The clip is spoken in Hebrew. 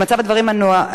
במצב הדברים הנוהג,